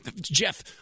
Jeff